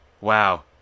Wow